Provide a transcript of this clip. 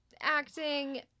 acting